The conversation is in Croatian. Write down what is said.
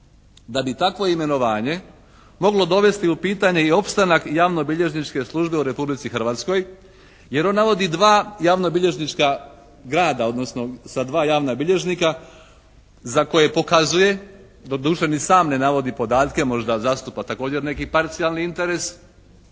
da bi takvo imenovanje moglo dovesti u pitanje i opstanak javnobilježničke službe u Republici Hrvatskoj jer on navodi dva javnobilježnička grada odnosno sa 2 javna bilježnika za koje pokazuje, doduše ni sam ne navodi podatke, možda zastupa također neki parcijalni interes,